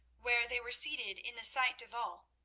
where they were seated in the sight of all,